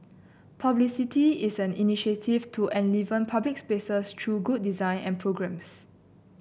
Publicity is an initiative to enliven public spaces through good design and programmes